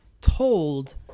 told